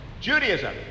Judaism